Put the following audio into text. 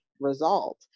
result